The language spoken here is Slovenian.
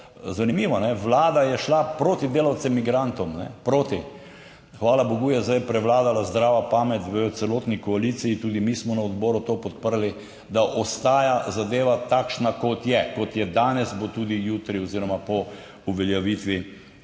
Zanimivo, Vlada je šla proti delavcem migrantom, proti; hvala bogu, je zdaj prevladala zdrava pamet v celotni koaliciji. Tudi mi smo na odboru to podprli, da ostaja zadeva takšna, kot je danes, bo tudi jutri oziroma po uveljavitvi